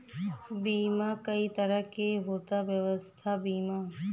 बीमा कई तरह के होता स्वास्थ्य बीमा?